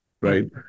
right